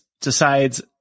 decides –